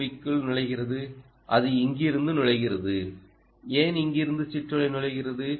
ஓவுக்குள் நுழைகிறது அது இங்கிருந்து நுழைகிறது ஏன் இங்கிருந்து சிற்றலை நுழைகிறது